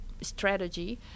Strategy